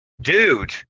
dude